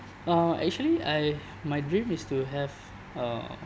uh actually I my dream is to have uh